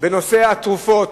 בנושא התרופות,